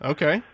Okay